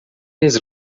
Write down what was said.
his